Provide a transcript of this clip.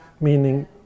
meaning